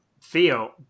feel